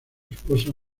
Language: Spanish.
esposa